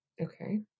Okay